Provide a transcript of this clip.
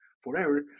forever